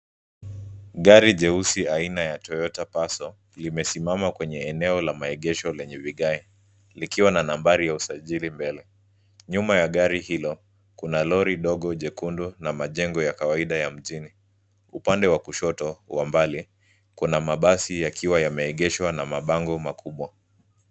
Gari jeusi la aina ya (Cs) Toyota passo(Cs) limesimama kwenye eneo la maegesho yenye vigae likiwa na nambari ya usajili mbele. Nyuma ya gari hilo kuna Lori dogo jekundu na majengo ya kawaida ya mjini. Upande wa kushoto kwa mbali kuna mabasi yakiwa yameegeshwa na mabango makubwa.